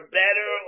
better